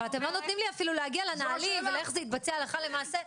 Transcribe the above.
אבל אתם לא נותנים לי להגיע לנהלים ואיך זה יתבצע הלכה למעשה.